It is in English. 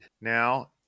Now